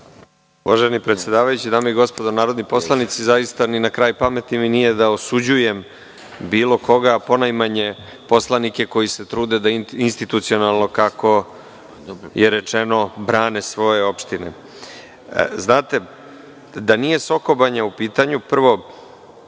Uvaženi predsedavajući, dame i gospodo narodni poslanici, zaista mi nije ni na kraj pameti da osuđujem bilo koga, a ponajmanje poslanike koji se trude da institucionalno, kako je rečeno, brane svoje opštine. Da nije u pitanju Soko